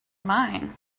mine